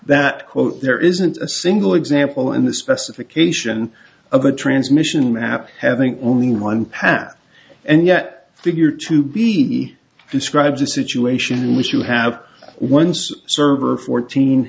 that quote there isn't a single example in the specification of a transmission map having only one path and yet figured to be describes a situation in which you have once server fourteen